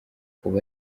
ubu